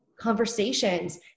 conversations